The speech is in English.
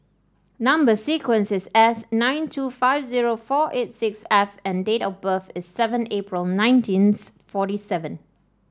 number sequence is S nine two five zero four eight six F and date of birth is seven April nineteenth forty seven